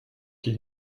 qui